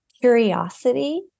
curiosity